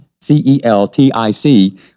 c-e-l-t-i-c